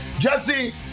Jesse